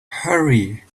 hurry